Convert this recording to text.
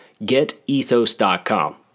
GetEthos.com